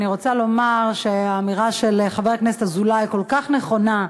אני רוצה לומר שהאמירה של חבר הכנסת אזולאי כל כך נכונה.